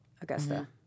Augusta